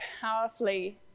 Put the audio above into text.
powerfully